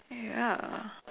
ya